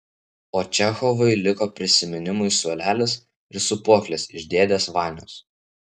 o čechovui liko prisiminimui suolelis ir sūpuoklės iš dėdės vanios